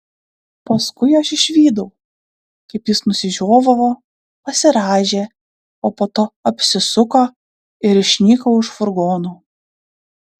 paskui aš išvydau kaip jis nusižiovavo pasirąžė o po to apsisuko ir išnyko už furgonų